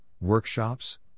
workshops